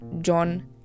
john